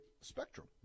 spectrum